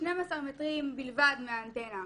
12 מטרים בלבד מהאנטנה.